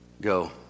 go